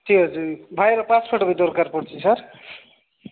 ଠିକ୍ ଅଛି ଭାଇର ପାସ୍ ଫଟୋବି ଦରକାର ପଡ଼ୁଛି କି ସାର୍